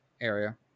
area